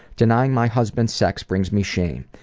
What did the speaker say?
denying my husband sex brings me shame.